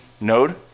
node